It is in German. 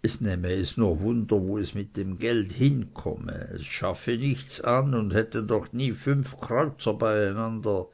es nähme es nur wunder wo es mit dem geld hinkomme es schaffe nichts an und hätte doch nie fünf kreuzer beieinander